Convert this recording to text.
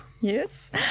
Yes